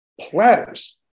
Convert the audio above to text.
platters